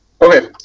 Okay